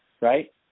right